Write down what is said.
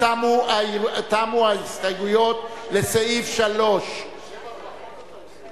תמו ההסתייגויות לסעיף 3. שבע ברכות אתה עושה לו.